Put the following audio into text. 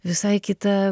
visai kita